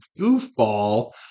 goofball